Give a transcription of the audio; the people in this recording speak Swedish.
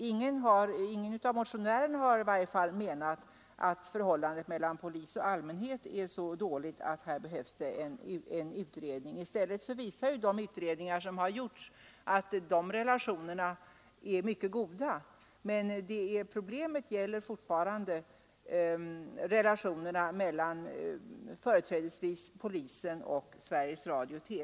Ingen av motionärerna har menat att förhållandet mellan polis och allmänhet är så dåligt att det behövs en utredning. I stället visar ju de utredningar som har gjorts att de relationerna är mycket goda. Problemet gäller fortfarande företrädesvis relationerna mellan polisen och Sveriges Radio.